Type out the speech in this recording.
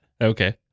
Okay